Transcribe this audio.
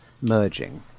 merging